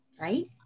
right